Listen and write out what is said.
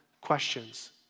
questions